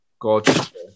Gorgeous